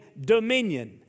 dominion